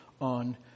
on